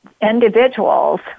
individuals